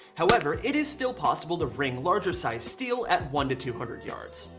however, it is still possible to ring larger size steel at one to two hundred yards.